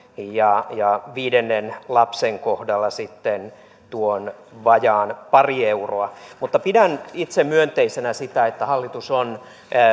ja ja viidennen lapsen kohdalla sitten tuon vajaan pari euroa mutta pidän itse myönteisenä sitä että hallitus on